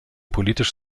politisch